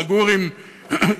לגור עם קרוביהם,